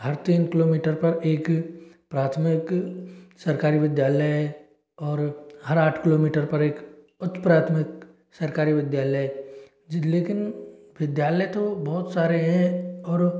हर तीन किलोमीटर पर एक प्राथमिक सरकारी विद्यालय और हर आठ किलोमीटर पर एक उच्च प्राथमिक सरकारी विद्यालय लेकिन विद्यालय तो बहुत सारे हैं और